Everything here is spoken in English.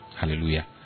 Hallelujah